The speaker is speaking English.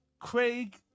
Craig